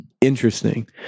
interesting